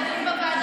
שנתיים וחצי.